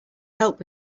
help